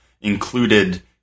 included